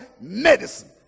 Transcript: medicine